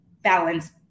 balance